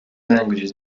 languages